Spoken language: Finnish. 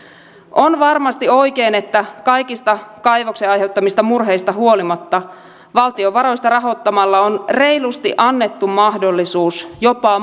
on varmasti oikein että kaikista kaivoksen aiheuttamista murheista huolimatta valtion varoista rahoittamalla on reilusti annettu mahdollisuus jopa